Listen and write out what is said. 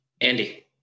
Andy